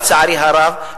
לצערי הרב,